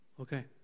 Okay